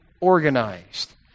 organized